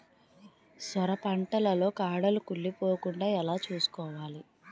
సొర పంట లో కాడలు కుళ్ళి పోకుండా ఎలా చూసుకోవాలి?